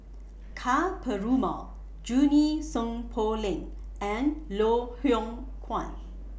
Ka Perumal Junie Sng Poh Leng and Loh Hoong Kwan